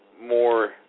more